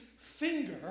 finger